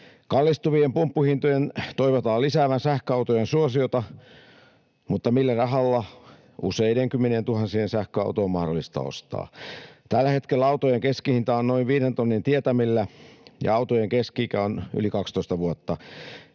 Kallistuvien pumppuhintojen toivotaan lisäävän sähköautojen suosiota, mutta millä rahalla useiden kymmenientuhansien sähköauto on mahdollista ostaa? Tällä hetkellä autojen keskihinta on noin viiden tonnin tietämillä ja autojen keski-ikä on yli 12 vuotta.